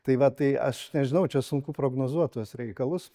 tai va tai aš nežinau čia sunku prognozuot tuos reikalus